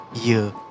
year